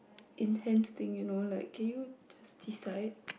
intense thing you know like can you just decide